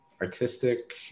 artistic